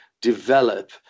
develop